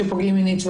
שפוגעים מינית,